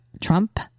Trump